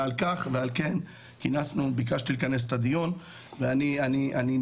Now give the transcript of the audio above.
ועל כך ועל כן ביקשתי לכנס את הדיון ואני מקווה,